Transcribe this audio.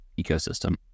ecosystem